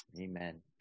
Amen